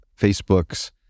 facebook's